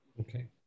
Okay